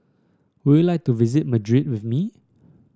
would you like to visit Madrid with me